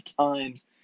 times